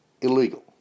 illegal